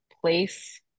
place